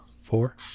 four